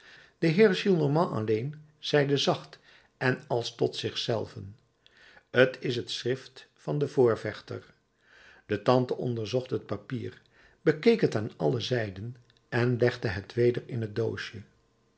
de heer gillenormand alleen zeide zacht en als tot zich zelven t is het schrift van den voorvechter de tante onderzocht het papier bekeek het aan alle zijden en legde het weder in het doosje